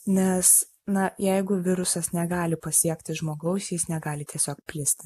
nes na jeigu virusas negali pasiekti žmogaus jis negali tiesiog plisti